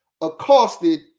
accosted